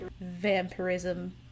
Vampirism